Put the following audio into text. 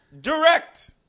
direct